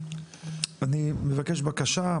אני מבקש בקשה,